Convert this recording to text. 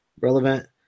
relevant